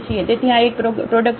તેથી આ એક પ્રોડક્ટ ફુલ છે